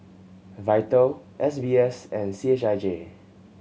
Vital S B S and C H I J